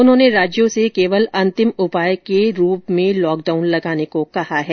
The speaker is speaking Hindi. उन्होंने राज्यों से केवल अंतिम उपाय के रूप में लॉकडाउन लगाने को कहा है